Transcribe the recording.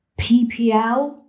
PPL